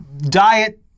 diet